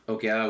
Okay